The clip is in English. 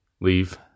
leave